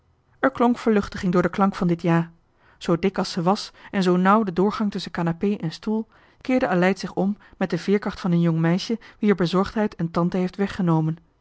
er klonk verluchtiging door den klank van dit ja zoo dik als ze was en zoo nauw de doorgang tusschen kanapee en stoel keerde aleid zich om met de veerkracht van een jong meisje wier bezorgdheid een tante heeft weggenomen